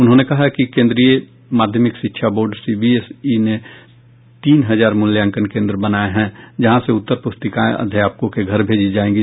उन्होंने कहा केन्द्रीय माध्यमिक शिक्षा बोर्ड सीबीएसई ने तीन हजार मूल्यांकन केन्द्र बनाए हैं जहां से उत्तर प्रस्तिकाएं अध्यापकों के घर भेजी जाएंगी